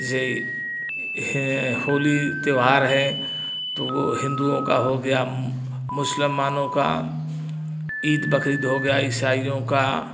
जैसे हैं होली त्यौहार है तो वो हिंदूओं का हो गया मुसलमानों का ईद बकरीद हो गया इसाईओं का